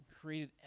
created